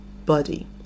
body